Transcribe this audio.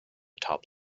top